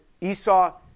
Esau